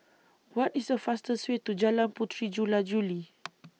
What IS The fastest Way to Jalan Puteri Jula Juli